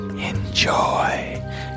Enjoy